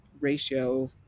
ratio